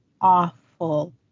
awful